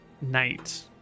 night